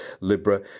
Libra